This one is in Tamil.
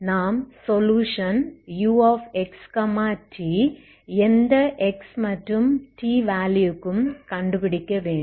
நாம் சொலுயுஷன்uxt எந்த x மற்றும் t வேல்யூக்கும் கண்டுபிடிக்க வேண்டும்